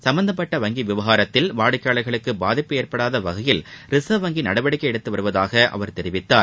சம்மந்தப்பட்ட வங்கி விவகாரத்தில் வாடிக்கையாளர்களுக்கு பாதிப்பு ஏற்படாத வகையில் ரிசர்வ் வங்கி நடவடிக்கை எடுத்து வருவதாக அவர் தெரிவித்தார்